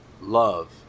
love